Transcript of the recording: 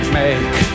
make